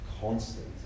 constant